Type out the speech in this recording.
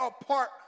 apart